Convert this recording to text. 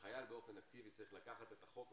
וחייל באופן אקטיבי צריך לקחת את החוק,